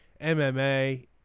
MMA